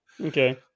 okay